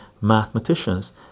mathematicians